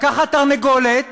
לקחת תרנגולת